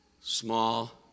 small